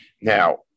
Now